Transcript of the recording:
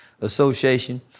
Association